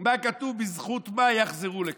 מה כתוב, בזכות מה יחזרו לכאן.